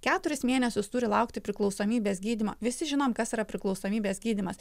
keturis mėnesius turi laukti priklausomybės gydymą visi žinom kas yra priklausomybės gydymas